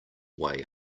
way